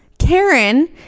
Karen